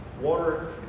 Water